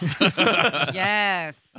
Yes